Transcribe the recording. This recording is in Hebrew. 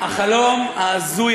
החלום ההזוי,